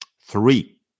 three